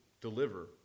deliver